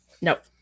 Nope